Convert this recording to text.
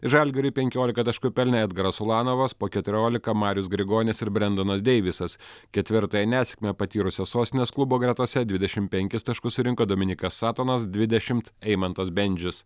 žalgiriui penkiolika taškų pelnė edgaras ulanovas po keturiolika marius grigonis ir brendanas deivisas ketvirtąją nesėkmę patyrusios sostinės klubo gretose dvidešimt penkis taškus surinko dominykas satonas dvidešimt eimantas bendžius